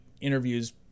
interviews